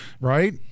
Right